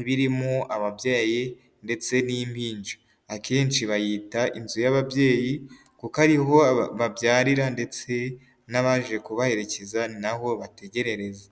iba irimo ababyeyi ndetse n'impinja, akenshi bayita inzu y'ababyeyi kuko ariho babyarira ndetse n'abaje kubaherekeza nabo babategerereza.